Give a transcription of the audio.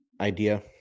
idea